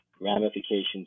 ramifications